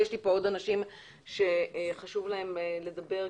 מוחמד נאטור,